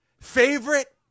favorite